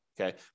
okay